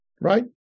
right